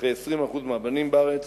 וכ-20% מהבנים בארץ